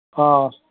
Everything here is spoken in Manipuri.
ꯑꯧ